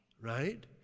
right